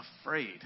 afraid